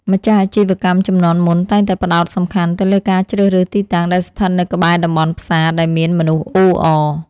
ម្ចាស់អាជីវកម្មជំនាន់មុនតែងតែផ្ដោតសំខាន់ទៅលើការជ្រើសរើសទីតាំងដែលស្ថិតនៅក្បែរតំបន់ផ្សារដែលមានមនុស្សអ៊ូអរ។